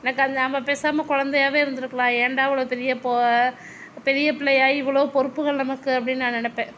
எனக்கு அந்த நம்ப பேசாமல் குழந்தையாவே இருந்துருக்கலாம் ஏன்டா இவ்வளோ பெரிய இப்போ பெரிய பிள்ளையாயி இவ்வளோ பொறுப்புகள் நமக்கு அப்படின்னு நான் நினப்பேன்